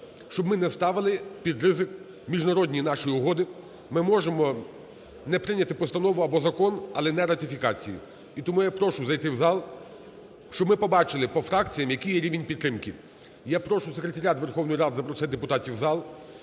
щоб ми не ставили під ризик міжнародні наші угоди. Ми можемо не прийняти постанову або закон, але не ратифікації. І тому я прошу зайти в зал, щоб ми побачили по фракціям, який є рівень підтримки. Я прошу секретаріат Верховної Ради запросити депутатів в зал